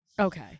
Okay